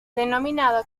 denominado